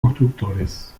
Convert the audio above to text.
constructores